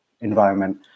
environment